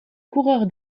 coureur